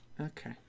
Okay